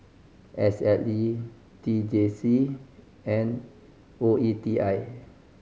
S L A T J C and O E T I